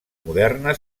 moderna